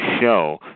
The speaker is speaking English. show